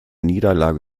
niederlage